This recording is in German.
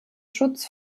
schutz